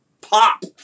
Pop